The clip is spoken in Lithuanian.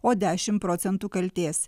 o dešim procentų kaltės